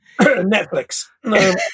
Netflix